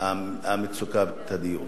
מצוקת הדיור.